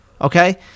Okay